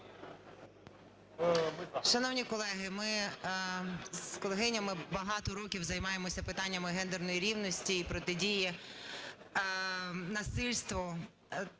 ми з колегинями багато років займаємося питаннями гендерної рівності і протидії насильству